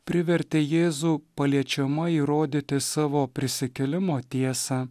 privertė jėzų paliečiamai įrodyti savo prisikėlimo tiesą